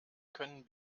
können